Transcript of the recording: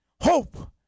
hope